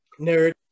Nerd